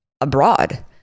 abroad